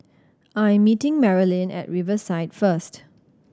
I am meeting Marilynn at Riverside first